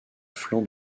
flanc